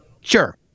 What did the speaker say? Sure